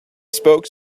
spoke